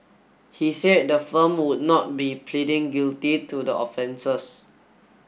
he said the firm would not be pleading guilty to the offences